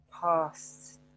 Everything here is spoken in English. past